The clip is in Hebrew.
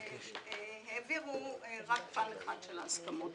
אז העבירו רק פן אחד של ההסכמות